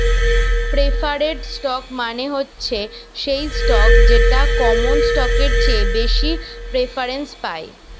preferred stock মানে হচ্ছে সেই স্টক যেটা কমন স্টকের চেয়ে বেশি প্রেফারেন্স পায়